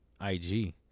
IG